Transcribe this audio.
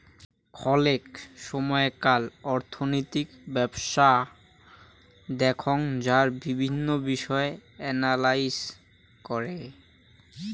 খলেক সময়কার অর্থনৈতিক ব্যবছস্থা দেখঙ যারা বিভিন্ন বিষয় এনালাইস করে